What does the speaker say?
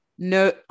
No